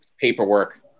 paperwork